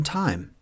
time